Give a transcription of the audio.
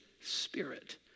spirit